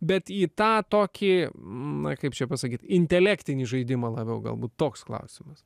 bet į tą tokį na kaip čia pasakyt intelektinį žaidimą labiau galbūt toks klausimas